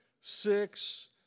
six